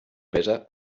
pesa